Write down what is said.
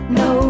no